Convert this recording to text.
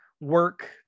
work